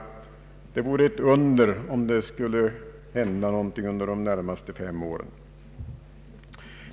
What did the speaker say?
Det vore ett under om det skulle hända någonting under de närmaste fem åren.